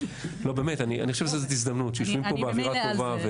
אני חושב שזאת הזדמנות שיושבים פה באווירה טובה.